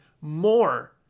more